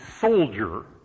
soldier